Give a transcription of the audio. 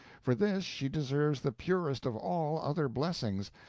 for this she deserves the purest of all other blessings,